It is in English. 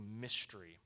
mystery